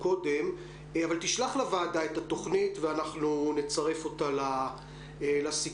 אבל תשלח לוועדה את התוכנית ואנחנו נצרף אותה לסיכום.